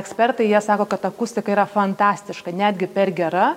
ekspertai jie sako kad akustika yra fantastiška netgi per gera